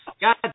God